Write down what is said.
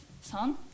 son